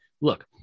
look